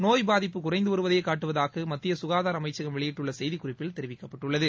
நோய் பாதிப்பு குறைந்து வருவதையே காட்டுவதாக மத்திய ககாதார அமைச்சகம் வெளியிட்டுள்ள செய்திக்குறிப்பில் தெரிவிக்கப்பட்டுள்ளது